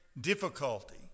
difficulty